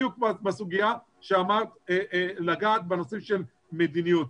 בדיוק בסוגיה שאמרת לגעת בנושאים של מדיניות.